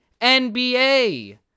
NBA